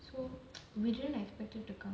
so we didn't expect it to come